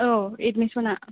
आव एडमिसन आ